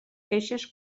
queixes